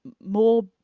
more